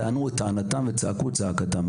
טענו את טענתם וצעקו את צעקתם.